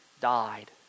died